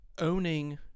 owning